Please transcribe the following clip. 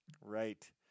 Right